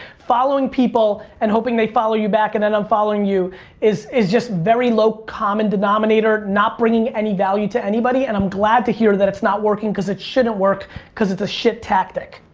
following people and hoping they follow you back, and then unfollowing you is is just very low common denominator, not bringing any value to anybody, and i'm glad to hear that it's not working, cause it shouldn't work, cause it's a shit tactic.